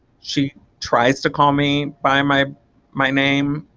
she tries to call me by my my name.